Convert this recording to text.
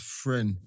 friend